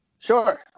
Sure